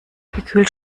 gekühlt